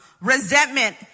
Resentment